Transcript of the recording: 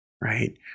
right